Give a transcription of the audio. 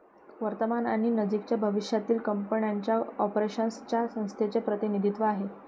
वर्तमान आणि नजीकच्या भविष्यातील कंपनीच्या ऑपरेशन्स च्या संख्येचे प्रतिनिधित्व आहे